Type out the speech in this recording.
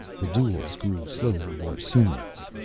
the duels grew slowly more serious.